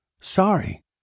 Sorry